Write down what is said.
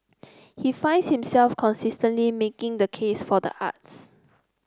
he finds himself consistenly making the case for the arts